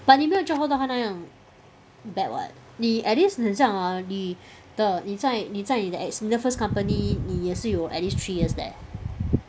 but 你没有 job hop 到她那样 bad [what] 你 at least 很像 hor 你的你在你在你的 ex 你的 first company 你也是有 at least three years leh